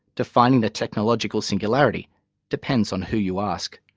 defining the technological singularity depends on who you ask.